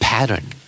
Pattern